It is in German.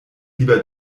lieber